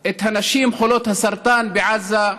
את הנשים חולות הסרטן בעזה,